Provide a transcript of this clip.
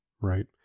right